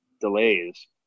delays